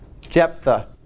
Jephthah